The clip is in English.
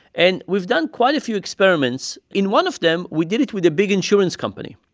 and we've done quite a few experiments. in one of them, we did it with a big insurance company.